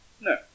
No